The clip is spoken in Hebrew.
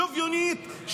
שוויונית,